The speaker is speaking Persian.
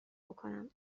بکنم